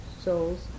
souls